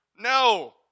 No